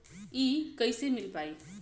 इ कईसे मिल पाई?